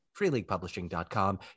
FreeLeaguePublishing.com